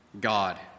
God